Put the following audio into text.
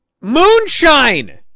Moonshine